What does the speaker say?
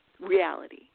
reality